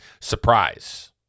surprise